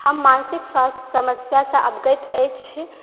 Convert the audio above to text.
हम मानसिक समस्या से अवगत अछि